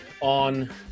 on